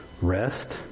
Rest